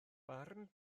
barn